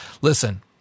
Listen